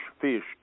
fish